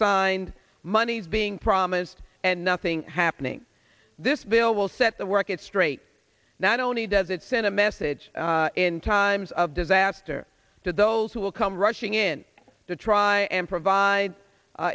signed monies being promised and nothing happening this bill will set the work it straight not only does it send a message in times of disaster to those who will come rushing in to try and provide